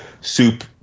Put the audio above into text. soup